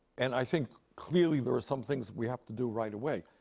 and i think, clearly, there are some things we have to do right away.